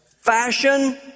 Fashion